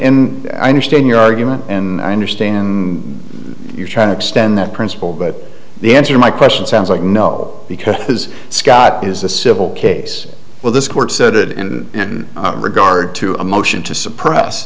in i understand your argument and i understand you're trying to extend that principle but the answer my question sounds like no because his scott is a civil case will this court said it in regard to a motion to suppress